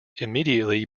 immediately